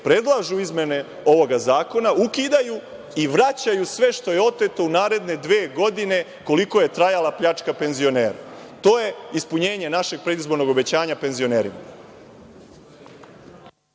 predlažu izmene ovog zakona, ukidaju i vraćaju sve što je u naredne dve godine, koliko je trajala pljačka penzionera. To je ispunjenje našeg predizbornog obećanja penzionerima.